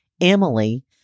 Emily